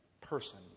person